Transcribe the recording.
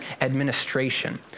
administration